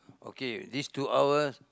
okay these two hours